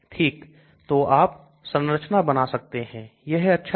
ठीक तो आप संरचना बना सकते हैं यह अच्छा है